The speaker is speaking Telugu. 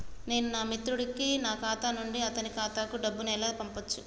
నేను నా మిత్రుడి కి నా ఖాతా నుండి అతని ఖాతా కు డబ్బు ను ఎలా పంపచ్చు?